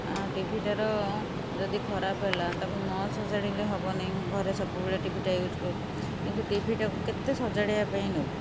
ଆଉ ଟିଭିଟାର ଯଦି ଖରାପ ହେଲା ତାକୁ ନ ସଜାଡ଼ିଲେ ହବ ନେଇ ଘରେ ସବୁବେଳେ ଟିଭିଟା ୟୁଜ୍ କରୁ କିନ୍ତୁ ଟିଭିଟାକୁ କେତେ ସଜାଡ଼ିବା ପାଇଁ ନେବୁ